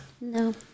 no